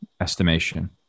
estimation